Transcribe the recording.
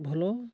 ଭଲ